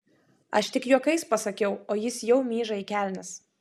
aš tik juokais pasakiau o jis jau myža į kelnes